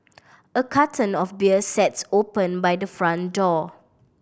a carton of beer sat's open by the front door